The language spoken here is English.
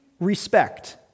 respect